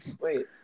Wait